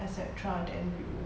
et cetera then you